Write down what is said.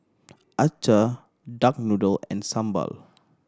acar duck noodle and sambal